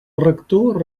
rector